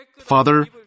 Father